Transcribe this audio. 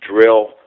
drill